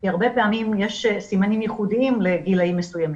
כי הרבה פעמים יש סימנים ייחודיים לגילאים מסוימים.